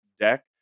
deck